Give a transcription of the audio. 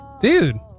Dude